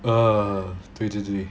uh 对对对